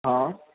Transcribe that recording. હં